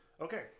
Okay